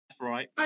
right